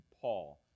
Paul